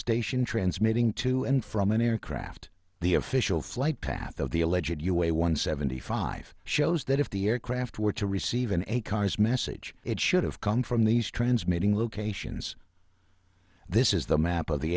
station transmitting to and from an aircraft the official flight path of the a legit you a one seventy five shows that if the aircraft were to receive in a car's message it should have come from these transmitting locations this is the map of the